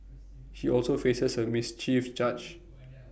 he also faces A mischief charge